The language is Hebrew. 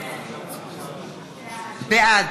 בעד